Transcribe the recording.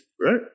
Right